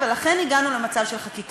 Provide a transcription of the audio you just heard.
אנחנו מצביעים על הצעת חוק הרשות לגיל הרך,